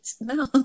no